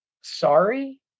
sorry